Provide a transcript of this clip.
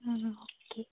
okay